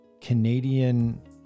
Canadian